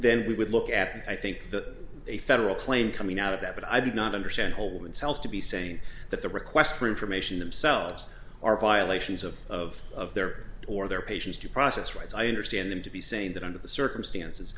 then we would look at and i think that a federal claim coming out of that but i did not understand holding cells to be saying that the request for information themselves are violations of of of their or their patients due process rights i understand them to be saying that under the circumstances